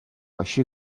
així